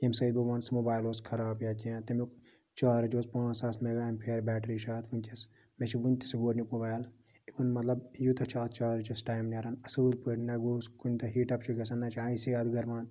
ییٚمہِ سۭتۍ بہٕ وَنہٕ سُہ موبایل اوس خَراب یا کیٚنٛہہ تیٚمیُک چارٕج اوس پانٛژ ساس میگا ایٚمپِیر بیٹری چھِ اَتھ وُنکیٚس مےٚ چھِ وُنتہِ سُہ گۄڈنیُک موبایل مَطلَب یوٗتاہ چھُ اتھ چارجَس ٹایم نیران اصٕل پٲٹھۍ نہَ گوس کُنہِ دۄہ ہیٖٹ اَپ چھُ گژھان نہَ چھُ آے سی اتھ گَرمان